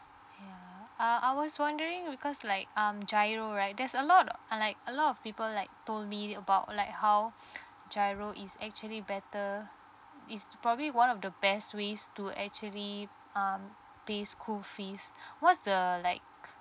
ya uh I was wondering because like um giro right there's a lot are like a lot of people like told me about like how giro is actually better it's probably one of the best ways to actually um pay school fees what's the like